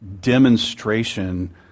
demonstration